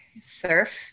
surf